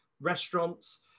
restaurants